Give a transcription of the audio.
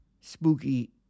Spooky